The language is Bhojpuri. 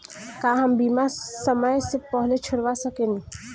का हम बीमा समय से पहले छोड़वा सकेनी?